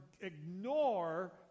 ignore